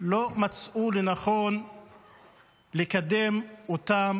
לא מצאו לנכון לקדם אותן